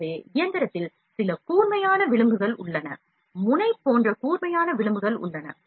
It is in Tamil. எனவே இயந்திரத்தில் சில கூர்மையான விளிம்புகள் உள்ளன முனை போன்ற கூர்மையான விளிம்புகள் உள்ளன